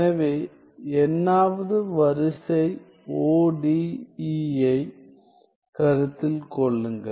எனவே nஆவது வரிசை ODEயைக் கருத்தில் கொள்ளுங்கள்